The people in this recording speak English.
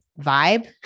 vibe